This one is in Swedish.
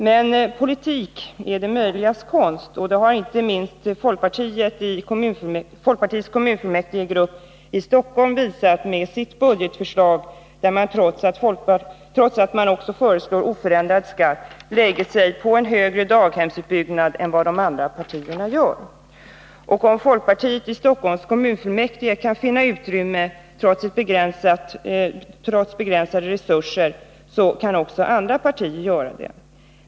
Men politik är det möjligas konst, och det har inte minst folkpartiets kommunfullmäktigegrupp i Stockholm visat med sitt budgetförslag, där man, trots att man också föreslår oförändrad skatt, lägger sig på en högre daghemsutbyggnad än vad de andra partierna gör. Och om folkpartiet i Stockholms kommunfullmäktige kan finna utrymme, trots begränsade resurser, kan också andra partier göra det.